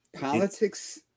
Politics